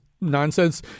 nonsense